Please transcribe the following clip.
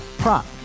prop